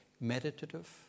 meditative